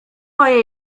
moje